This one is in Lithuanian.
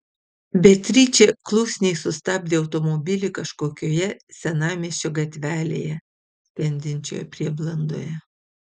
beatričė klusniai sustabdė automobilį kažkokioje senamiesčio gatvelėje skendinčioje prieblandoje